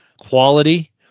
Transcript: quality